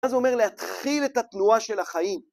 מה זה אומר? להתחיל את התנועה של החיים.